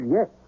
Yes